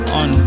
on